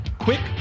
Quick